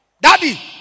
Daddy